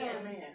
Amen